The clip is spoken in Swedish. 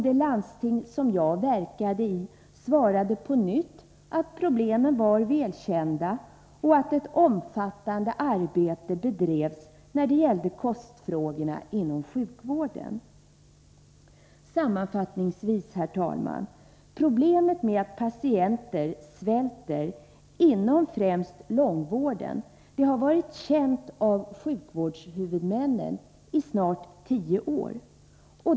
Det landsting som jag verkade i svarade på nytt att problemen var väl kända och att ett omfattande arbete bedrevs när det gällde kostfrågorna inom sjukvården. Herr talman! Sammanfattningsvis: Problemet att patienter — inom främst långvården — svälter har sjukvårdshuvudmännen känt till i snart tio år.